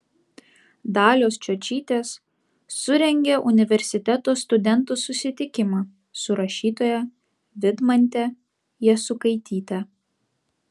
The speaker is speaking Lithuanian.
dalios čiočytės surengė universiteto studentų susitikimą su rašytoja vidmante jasukaityte